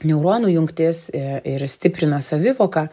neuronų jungtis ir stiprina savivoką